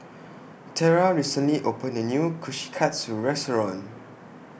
Terra recently opened The New Kushikatsu Restaurant